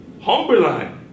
Humberline